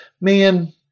Man